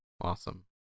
Awesome